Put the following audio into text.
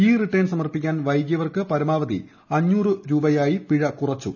E return സമർപ്പിക്കാൻ വൈകിയവർക്ക് പരമാവധി പിഴ അഞ്ഞൂറ് രൂപയായി കുറച്ചു